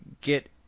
get